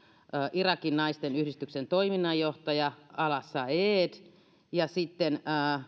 irakin naisten yhdistyksen toiminnanjohtaja ala saeed ja sitten